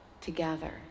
together